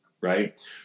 right